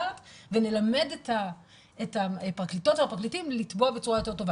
ונלמד את הפרקליטות והפרקליטים לתבוע בצורה יותר טובה?